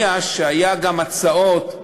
כשיגיע לגיל 67,